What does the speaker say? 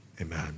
amen